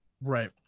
right